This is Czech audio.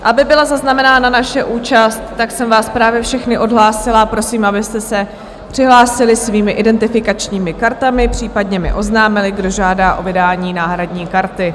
Aby byla zaznamenána naše účast, tak jsem vás právě všechny odhlásila a prosím, abyste se přihlásili svými identifikačními kartami, případně mi oznámili, kdo žádá o vydání náhradní karty.